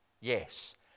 Yes